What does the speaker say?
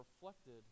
reflected